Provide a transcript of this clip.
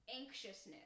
anxiousness